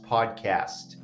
Podcast